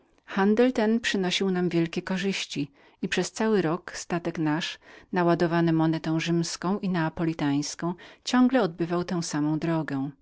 handel ten przynosił nam wielkie korzyści i przez cały rok statek nasz naładowany monetą rzymską i neapolitańską ciągle odbywał tę samą drogę